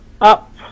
up